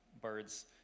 birds